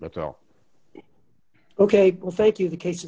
that's all ok well thank you the case